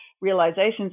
realizations